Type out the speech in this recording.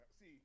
see